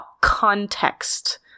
context